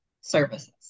services